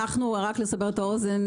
רק לסבר את האוזן,